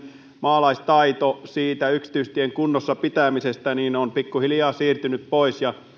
maalaistaito yksityistien kunnossapitämisestä on pikkuhiljaa siirtynyt pois